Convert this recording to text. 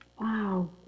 Wow